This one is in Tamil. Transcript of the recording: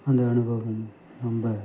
அந்த அனுபவம் ரொம்ப